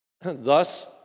thus